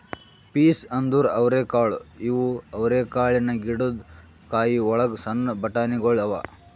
piece ಅಂದುರ್ ಅವರೆಕಾಳು ಇವು ಅವರೆಕಾಳಿನ ಗಿಡದ್ ಕಾಯಿ ಒಳಗ್ ಸಣ್ಣ ಬಟಾಣಿಗೊಳ್ ಅವಾ